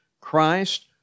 Christ